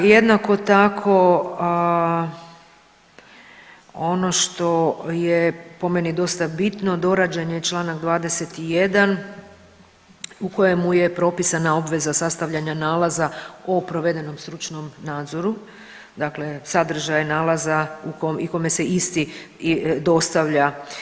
Jednako tako ono što je po meni dosta bitno dorađen je Članak 21. u kojemu je propisana obveza sastavljanja nalaza o provedenom stručnom nadzoru dakle, sadržaj nalaza i kome se isti dostavlja.